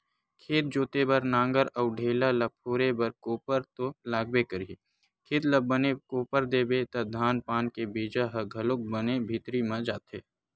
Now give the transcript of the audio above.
खेत जोते बर नांगर अउ ढ़ेला ल फोरे बर कोपर तो लागबे करही, खेत ल बने कोपर देबे त धान पान के बीजा ह घलोक बने भीतरी म जाथे